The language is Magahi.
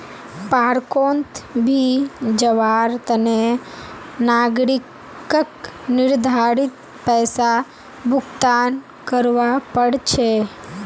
पार्कोंत भी जवार तने नागरिकक निर्धारित पैसा भुक्तान करवा पड़ छे